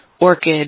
orchid